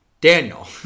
Daniel